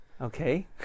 Okay